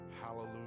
Hallelujah